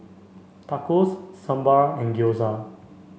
Tacos Sambar and Gyoza